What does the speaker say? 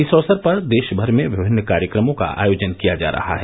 इस अवसर पर देशभर में विभिन्न कार्यक्रमों का आयोजन किया जा रहा है